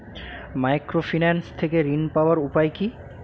Microfinance থেকে ঋণ পাওয়ার উপায় কি?